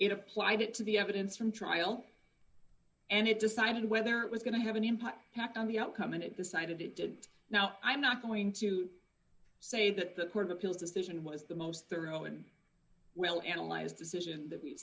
it applied it to the evidence from trial and it decided whether it was going to have an impact on the outcome and it decided it didn't now i'm not going to say that the court of appeals decision was the most thorough and well analyzed decision that we've